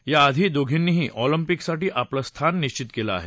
या आधी दोघींनींही ऑलम्पिकसाठी आपलं स्थान निश्चित केलं आहे